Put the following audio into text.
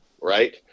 right